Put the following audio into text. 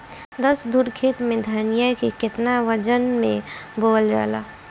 दस धुर खेत में धनिया के केतना वजन मे बोवल जाला?